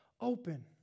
open